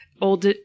old